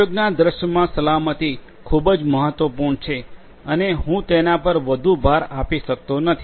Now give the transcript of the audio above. ઉદ્યોગના દૃશ્યોમાં સલામતી ખૂબ જ મહત્વપૂર્ણ છે અને હું તેના પર વધુ ભાર આપી શકતો નથી